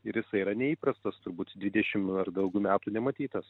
ir jisai yra neįprastas turbūt dvidešim ar daugiau metų nematytas